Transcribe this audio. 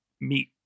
meet